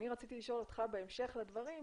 רציתי לשאול אותך בהמשך הדברים,